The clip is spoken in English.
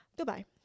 Goodbye